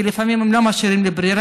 כי לפעמים הם לא משאירים לי ברירה.